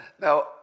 now